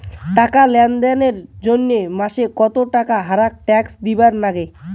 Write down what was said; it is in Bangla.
টাকা লেনদেন এর জইন্যে মাসে কত টাকা হামাক ট্যাক্স দিবার নাগে?